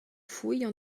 fouilles